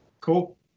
Cool